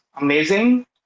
amazing